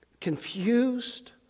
confused